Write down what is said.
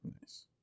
Nice